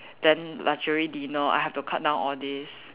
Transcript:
then luxury dinner I have to cut down all these